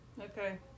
Okay